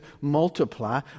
multiply